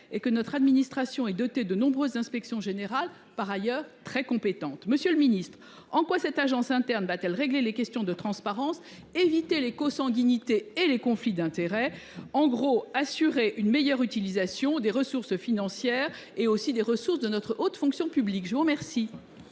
et que notre administration est dotée de nombreuses inspections générales, par ailleurs très compétentes ? Monsieur le ministre, en quoi cette agence interne va t elle régler les questions de transparence et éviter les consanguinités et les conflits d’intérêts ? Comment pourra t elle assurer une meilleure utilisation de nos ressources financières et des moyens de notre haute fonction publique ? La parole